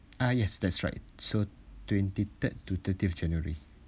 ah yes that's right so twenty-third to thirtieth of january